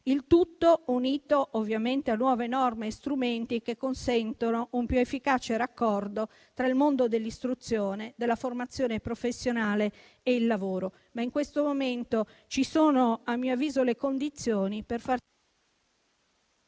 Il tutto va unito, ovviamente, a nuove norme e strumenti che consentano un più efficace raccordo tra il mondo dell'istruzione e della formazione professionale e il lavoro, ma in questo momento ci sono a mio avviso le condizioni per far...